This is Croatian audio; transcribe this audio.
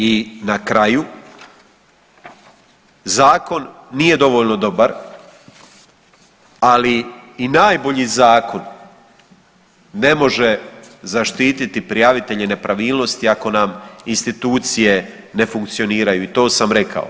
I na kraju, zakon nije dovoljno dobar, ali i najbolji zakon ne može zaštititi prijavitelje nepravilnosti ako nam institucije ne funkcioniraju i to sam rekao.